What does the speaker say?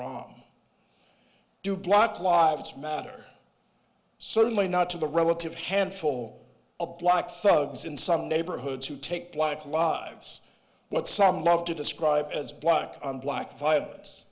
wrong do block lives matter certainly not to the relative handful of black thugs in some neighborhoods who take black lives but some love to describe as black on black vi